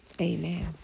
amen